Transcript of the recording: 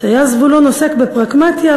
"שהיה זבולון עוסק בפרקמטיא,